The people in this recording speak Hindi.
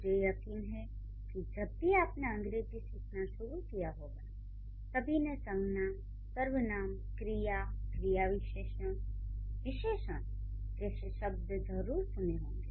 मुझे यकीन है कि जब भी आपने अंग्रेजी सीखना शुरू किया होगा सभी ने संज्ञा सर्वनाम क्रिया क्रिया विशेषण विशेषण जैसे शब्द जरूर सुने होंगे